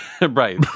right